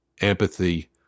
empathy